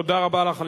תודה רבה לך.